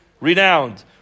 renowned